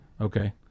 Okay